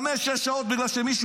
עומד בפקק חמש שש שעות בגלל שמישהו,